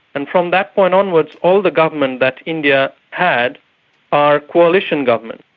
and from that point onwards, all the governments that india had are coalition governments.